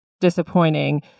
disappointing